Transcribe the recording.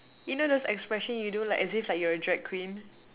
you know those expression you do like as if like you're a drag queen